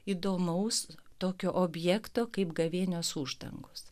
įdomaus tokio objekto kaip gavėnios uždangos